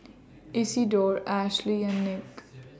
Isidore Ashlea and Nick